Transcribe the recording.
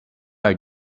are